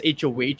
HOH